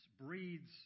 breeds